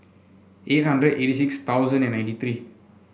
eight hundred eighty six thousand and ninety three